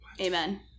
Amen